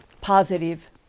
positive